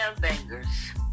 Bangers